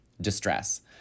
distress